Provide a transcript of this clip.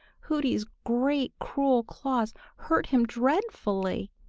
hooty's great cruel claws hurt him dreadfully!